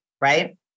right